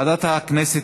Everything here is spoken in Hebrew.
ועדת הכנסת,